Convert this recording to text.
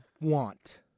want